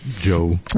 Joe